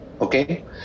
okay